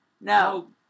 No